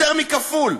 יותר מכפול.